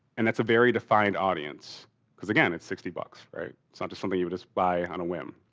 and that's a very defined audience because again, it's sixty bucks, right? it's not just something you would just buy on a whim.